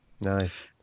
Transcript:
nice